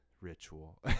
ritual